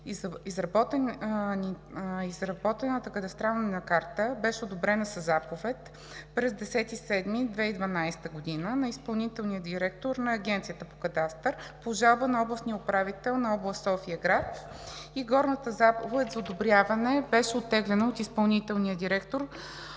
Изработената кадастрална карта беше одобрена със заповед на 10 юли 2012 г. на изпълнителния директор на Агенцията по геодезия, картография и кадастър по жалба на областния управител на област София-град. Горната заповед за одобряване беше оттеглена от изпълнителния директор